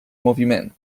moviment